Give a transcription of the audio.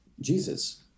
Jesus